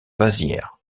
vasières